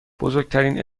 بزرگترین